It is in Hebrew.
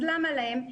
אז למה להם?